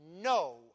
no